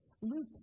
Luke